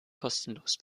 kostenlos